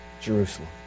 Jerusalem